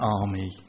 army